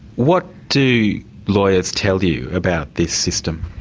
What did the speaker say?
what do lawyers tell you about this system?